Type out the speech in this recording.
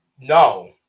No